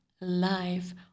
life